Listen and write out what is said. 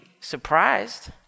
surprised